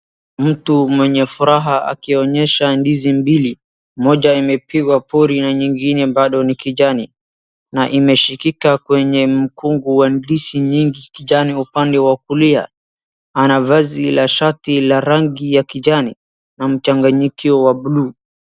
Mtu mwenye furaha akionyesha ndizi mbili. Moja imepigwa pori na nyingine bado ni kijani na imeshikika kwenye mkungu wa ndizi nyingi kijani upande wa kulia anavazi la shati la rangi ya kijani na mchanganyiko wa blue .